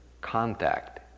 contact